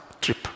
trip